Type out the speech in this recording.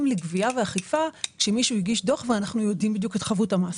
לגבייה ולאכיפה כשמישהו הגיש דוח ואנחנו יודעים בדיוק את חבות המס.